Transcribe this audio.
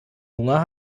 hunger